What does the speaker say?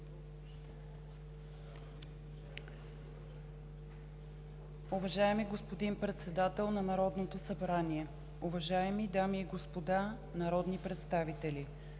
Уважаеми господин Председател на Народното събрание, уважаеми дами и господа народни представители!